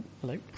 hello